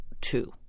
two